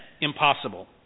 impossible